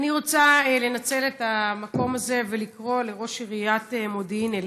אני רוצה לנצל את המקום הזה ולקרוא לראש עיריית מודיעין עילית,